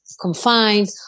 confined